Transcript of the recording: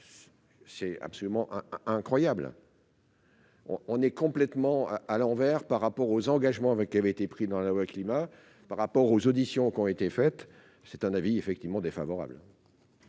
C'est absolument incroyable. On est complètement à l'envers par rapport aux engagements avec qui avait été pris dans la loi climat par rapport aux auditions qui ont été faites, c'est un avis effectivement défavorable.